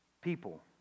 people